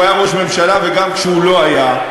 כשהוא היה ראש ממשלה וגם כשהוא לא היה,